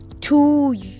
two